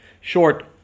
short